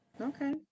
okay